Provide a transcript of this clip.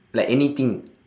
like anything